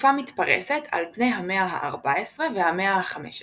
תקופה מתפרסת על פני המאה הארבע עשרה והמאה החמש עשרה.